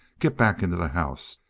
get back into the house.